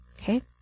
Okay